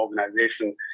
organization